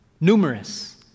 numerous